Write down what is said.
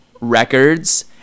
Records